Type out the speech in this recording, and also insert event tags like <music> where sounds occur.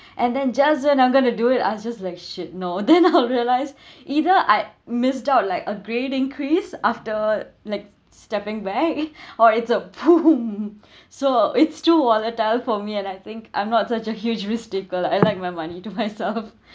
<breath> and then just when I'm going to do it I was just like shit no then <laughs> I realise <breath> either I missed out like a great increase after like stepping back <breath> or it's a boom <breath> so it's too volatile for me and I think I'm not such a huge mistaker I like my money to myself <laughs>